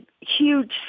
huge